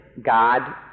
God